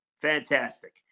Fantastic